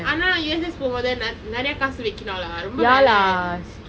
ஆனால்:aanal U_S_S போனோம்னா நிறைய காசு வெக்கனும்:ponomna niraiya kaasu vekkanum lah ரொம்ப வேலை:romba velei